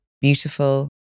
beautiful